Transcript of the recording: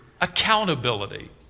accountability